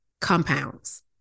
compounds